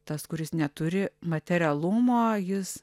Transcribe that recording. tas kuris neturi materialumo jis